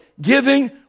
giving